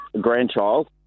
grandchild